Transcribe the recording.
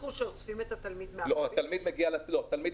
אוספים חזרה את